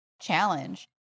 Challenge